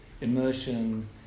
immersion